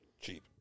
Cheap